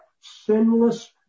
sinless